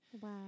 Wow